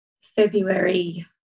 February